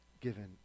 given